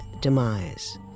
demise